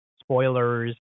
spoilers